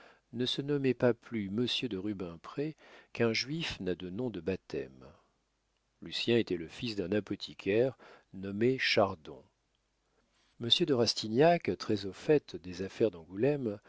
ne se nommait pas plus monsieur de rubempré qu'un juif n'a de nom de baptême lucien était le fils d'un apothicaire nommé chardon monsieur de rastignac très au fait des affaires